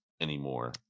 anymore